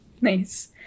nice